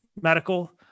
medical